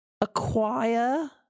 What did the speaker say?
acquire